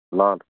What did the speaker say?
ल ल